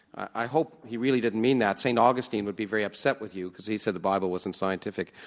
i hope he really didn't mean that. st. augustine would be very upset with you, because he said the bible wasn't scientific.